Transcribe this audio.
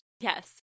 Yes